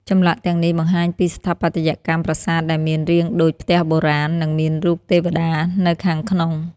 ចម្លាក់ទាំងនេះបង្ហាញពីស្ថាបត្យកម្មប្រាសាទដែលមានរាងដូចផ្ទះបុរាណ និងមានរូបទេវតានៅខាងក្នុង។